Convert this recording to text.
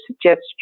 suggests